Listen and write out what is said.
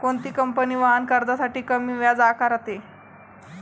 कोणती कंपनी वाहन कर्जासाठी कमी व्याज आकारते?